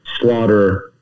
Slaughter